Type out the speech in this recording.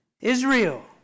Israel